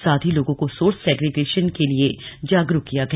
साथ ही लोगों को सोर्स सेग्रिगेशन के लिए जागरूक किया गया